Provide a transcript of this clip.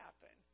happen